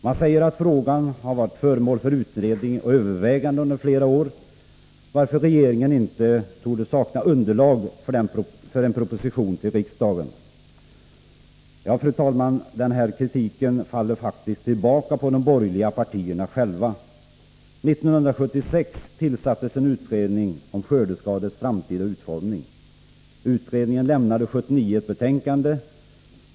Man säger att frågan har varit föremål för utredning och överväganden under flera år, varför regeringen inte torde sakna underlag för en proposition till riksdagen. Fru talman! Den här kritiken faller faktiskt tillbaka på de borgerliga partierna själva. 1976 tillsattes en utredning om skördeskadeskyddets framtida utformning. Utredningen lämnade 1979 ett betänkande.